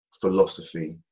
philosophy